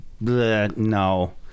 no